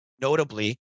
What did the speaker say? notably